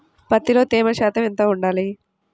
పత్తిలో తేమ శాతం ఎంత ఉండాలి?